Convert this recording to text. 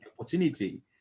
opportunity